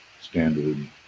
standard